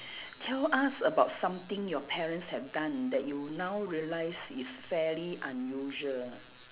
tell us about something your parents have done that you now realise is very unusual